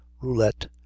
roulette